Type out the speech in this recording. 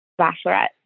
Bachelorette